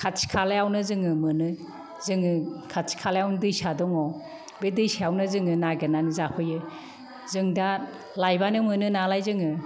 खाथि खालायावनो जोङो मोनो जोङो खाथि खालायावनो दैसा दङ बे दैसायावनो जोङो नागिरनानै जाफैयो जों दा लायबानो मोनो नालाय जोङो